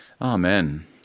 Amen